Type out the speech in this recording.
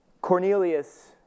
Cornelius